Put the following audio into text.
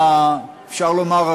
אפשר לומר,